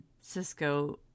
Cisco